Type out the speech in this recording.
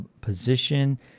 position